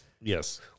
Yes